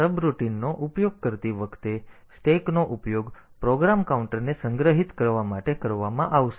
તેથી સબરૂટિનનો ઉપયોગ કરતી વખતે સ્ટેકનો ઉપયોગ પ્રોગ્રામ કાઉન્ટરને સંગ્રહિત કરવા માટે કરવામાં આવશે